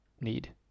need